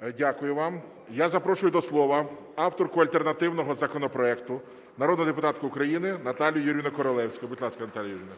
ГОЛОВУЮЧИЙ. Дякую вам. Я запрошую до слова авторку альтернативного законопроекту народну депутатку України Наталію Юріївну Королевську. Будь ласка, Наталія Юріївна.